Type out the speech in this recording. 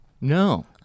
No